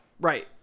Right